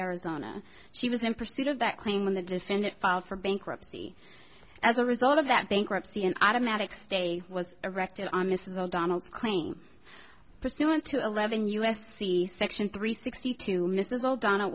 arizona she was in pursuit of that claim when the defendant filed for bankruptcy as a result of that bankruptcy and out of magic state was erected on missile donald claim pursuant to eleven u s c section three sixty two mrs o'donnell